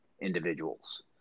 individuals